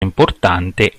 importante